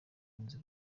kuboneza